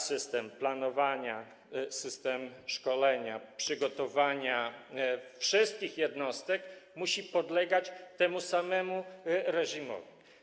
System planowania, system szkolenia, przygotowania wszystkich jednostek musi podlegać temu samemu reżimowi.